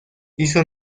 hizo